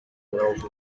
morals